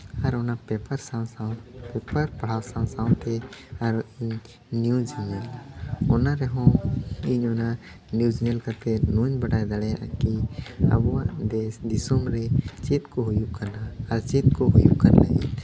ᱟᱨ ᱚᱱᱟ paper paper ᱯᱟᱲᱦᱟᱣ ᱥᱟᱶ ᱥᱟᱶᱛᱮ ᱟᱨ ᱱᱤᱭᱩᱡᱽ ᱤᱧ ᱧᱮᱞᱟ ᱟᱨ ᱚᱱᱟ ᱨᱮᱦᱚᱸ ᱤᱧ ᱚᱱᱟ ᱱᱤᱭᱩᱡᱽ ᱧᱮᱞ ᱠᱟᱛᱮ ᱚᱱᱟᱧ ᱵᱟᱰᱟᱭ ᱫᱟᱲᱮᱭᱟᱜᱼᱟ ᱠᱤ ᱟᱵᱚᱣᱟᱜ ᱫᱮᱥ ᱫᱤᱥᱚᱢ ᱨᱮ ᱪᱮᱫ ᱠᱚ ᱦᱩᱭᱩᱜ ᱠᱟᱱᱟ ᱟᱨ ᱪᱮᱫ ᱠᱚ ᱦᱩᱭᱩᱜ ᱠᱟᱱ ᱛᱮ